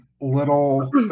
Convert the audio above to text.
little